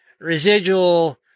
residual